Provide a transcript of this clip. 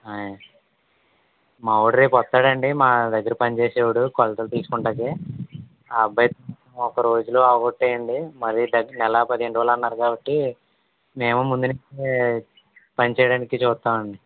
మావాడు రేపొస్తాదండి మా దగ్గర పని చేసేవాడు కొలతలు తీసుకుంటానికి ఆ అబ్బాయికి ఒక రోజులో అవ్వకొట్టేయండి మరీ నెలా పదిహేను రోజులన్నారు కాబట్టి మేము ముందు నుంచే పని చేయడానికి చూస్తామండి